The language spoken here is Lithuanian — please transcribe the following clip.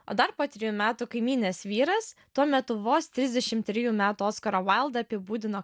o dar po trijų metų kaimynės vyras tuo metu vos trisdešim trijų metų oskarą vaildą apibūdino